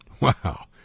Wow